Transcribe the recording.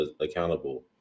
accountable